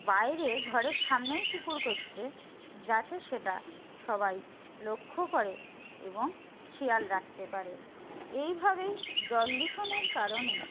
বাইরে ঘরের সামনেই পুকুর করছে যাতে সেটা সবাই লক্ষ্য করে এবং খেয়াল রাখতে পারে এই ভাবেই জল দূষণের কারণে